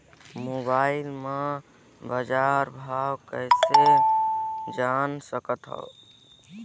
Mobile म बजार भाव कइसे जान सकथव?